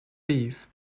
beef